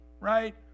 right